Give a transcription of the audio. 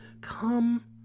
come